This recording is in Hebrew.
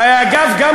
אגב, גם